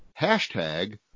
hashtag